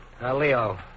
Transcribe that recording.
Leo